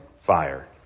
fire